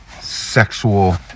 sexual